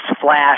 Flash